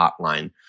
hotline